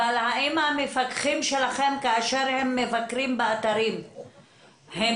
אבל כשמפקחים שלכם מבקרים באתרים האם